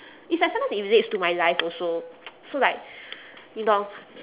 it's like sometimes it relates to my life also so like you know